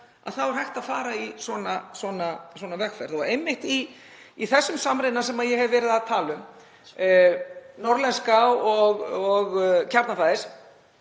þá er hægt að fara í svona vegferð. Einmitt í þessum samruna sem ég hef verið að tala um, Norðlenska og Kjarnafæðis,